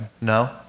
No